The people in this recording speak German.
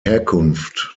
herkunft